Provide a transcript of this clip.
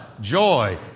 joy